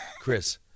Chris